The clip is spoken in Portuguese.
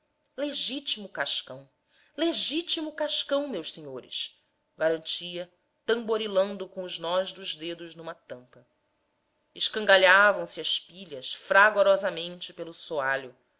legitimo cascão legitimo cascão meus senhores garantia tamborilando com os nós dos dedos numa tampa escangalhavam se as pilhas fragorosamente pelo